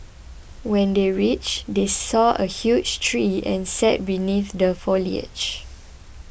when they reached they saw a huge tree and sat beneath the foliage